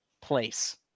place